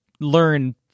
learn